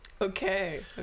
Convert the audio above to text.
okay